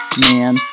Man